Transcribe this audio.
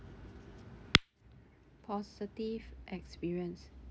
positive experience